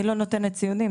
אני לא נותנת ציונים,